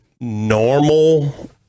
normal